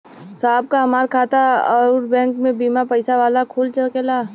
साहब का हमार खाता राऊर बैंक में बीना पैसा वाला खुल जा सकेला?